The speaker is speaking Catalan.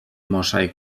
mosaic